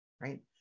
right